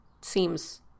seems